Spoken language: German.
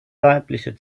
weibliche